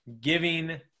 giving